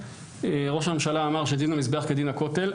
ראש הממשלה אמר שדין המזבח כדין הכותל.